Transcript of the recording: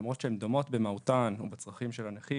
למרות שהן דומות במהותן או בצרכים של הנכים,